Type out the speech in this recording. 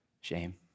Shame